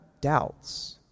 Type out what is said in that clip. doubts